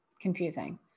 confusing